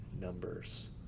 numbers